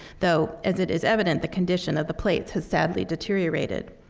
though, as it is evident, the condition of the plates has sadly deteriorated.